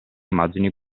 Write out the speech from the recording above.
immagini